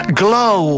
glow